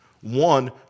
One